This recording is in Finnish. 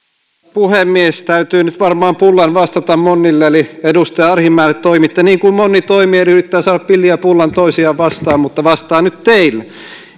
puhemies täytyy nyt varmaan pullan vastata monnille eli edustaja arhinmäelle toimitte niin kuin monni toimii eli yrittää saada pillin ja pullan toisiaan vastaan mutta vastaan nyt teille